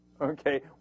Okay